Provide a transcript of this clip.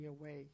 away